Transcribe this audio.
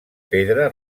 pedra